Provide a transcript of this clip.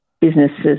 businesses